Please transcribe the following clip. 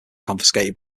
confiscated